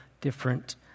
different